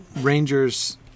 rangers